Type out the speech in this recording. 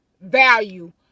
value